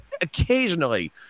occasionally